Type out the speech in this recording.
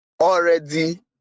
already